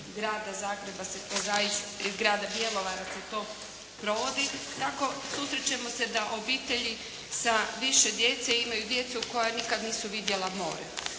i grada Bjelovara se to provodi, tako susrećemo se da obitelji sa više djece imaju djece koja nikad nisu vidjela more.